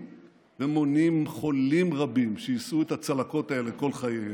ומונעים חולים רבים שיישאו את הצלקות האלה כל חייהם.